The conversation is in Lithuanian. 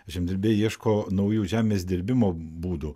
žemdirbiai ieško naujų žemės dirbimo būdų